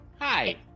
Hi